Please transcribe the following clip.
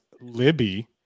Libby